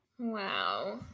Wow